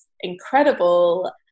incredible